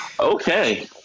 Okay